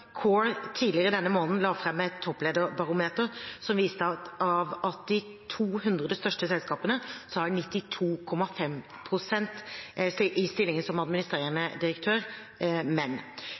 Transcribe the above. CORE tidligere denne måneden la fram et topplederbarometer som viser at i de 200 største norske selskapene er 92,5 pst. i stillingen som administrerende direktør menn.